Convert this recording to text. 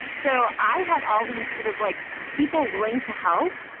so i had all these sort of like people willing to help,